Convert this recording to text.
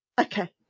Okay